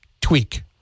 tweak